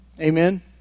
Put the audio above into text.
Amen